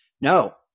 No